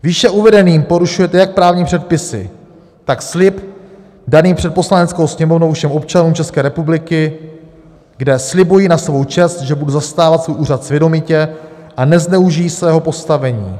Výše uvedeným porušujete jak právní předpisy, tak slib daný před Poslaneckou sněmovnou všem občanům České republiky, kde slibuji na svou čest, že budu zastávat svůj úřad svědomitě a nezneužiji svého postavení.